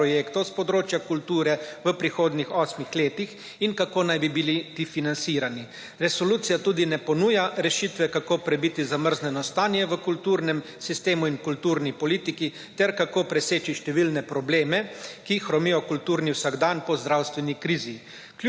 projektov s področja kulture v prihodnjih osmih letih in kako naj bi bili ti financirani. Resolucija tudi ne ponuja rešitve kako prebiti zamrznjeno stanje v kulturnem sistemu in kulturni politiki ter kako preseči številne probleme, ki hromijo kulturni vsakdan po zdravstveni krizi.